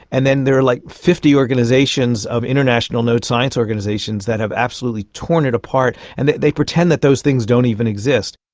and then there are like fifty organisations of international node science organisations that have absolutely torn it apart, and they they pretend that those things don't even exist.